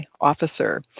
officer